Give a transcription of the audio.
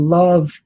love